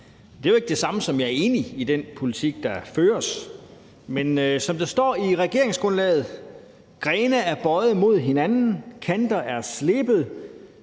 Det er jo ikke det samme, som at jeg er enig i den politik, der føres, men der står i regeringsgrundlaget: »Grene er bøjet mod hinanden. Kanter er slebet.«